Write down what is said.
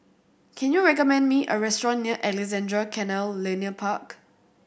can you recommend me a restaurant near Alexandra Canal Linear Park